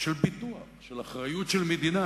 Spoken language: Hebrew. של ביטוח, של אחריות של מדינה.